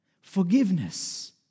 Forgiveness